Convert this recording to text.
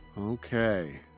Okay